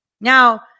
Now